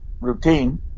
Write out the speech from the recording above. routine